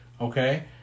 Okay